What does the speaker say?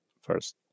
first